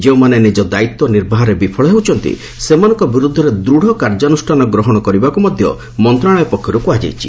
ଯେଉଁମାନେ ନିଜ ଦାୟିତ୍ୱ ନିର୍ବାହରେ ବିଫଳ ହେଉଛନ୍ତି ସେମାନଙ୍କ ବିରୁଦ୍ଧରେ ଦୂଢ଼ କାର୍ଯ୍ୟାନୁଷ୍ଠାନ ଗ୍ରହଣ କରିବାକୁ ମଧ୍ୟ ମନ୍ତ୍ରଣାଳୟ ପକ୍ଷରୁ କୁହାଯାଇଛି